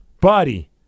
buddy